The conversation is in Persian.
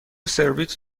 سربیت